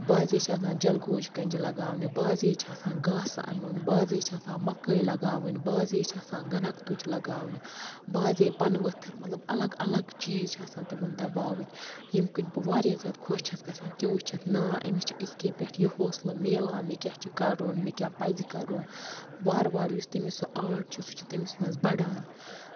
بازے چھِ آسان جَلگوز کَنجہِ لَگاونہِ بازے چھےٚ آسان گاسہٕ اَنُن بازے چھےٚ آسان مَکٲے لَگاوٕنۍ بازے چھےٚ آسان گَنکھ تُج لَگانہِ بازے پَنہٕ ؤتھر مطلب اَلگ اَلگ چیٖز چھِ آسان تمَن بناوٕنۍ ییٚمہِ کٔنۍ بہٕ واریاہ زیادٕ خۄش چھَس گژھان تہِ وٕچھِتھ نا أمِس چھُ أزکہِ پٮ۪ٹھ نہ یہِ ہوصلہٕ میالان مےٚ کیاہ چھُ کرُن مےٚ کیاہ پَزِ کَرُن وارٕ وارٕ یُس تٔمِس سُہ آرٹ چھُ سُہ چھُ تٔمِس منٛز بَڑان